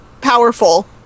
powerful